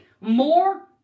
more